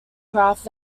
craft